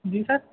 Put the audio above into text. جی سر